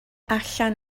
allan